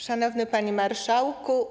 Szanowny Panie Marszałku!